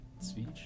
speech